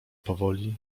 powoli